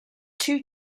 two